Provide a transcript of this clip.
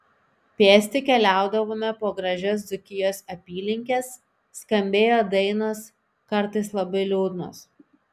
pėsti keliaudavome po gražias dzūkijos apylinkes skambėjo dainos kartais labai liūdnos